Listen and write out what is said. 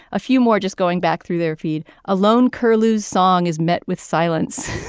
a few more just going back through their feed alone curlew song is met with silence.